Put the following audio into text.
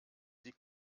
sie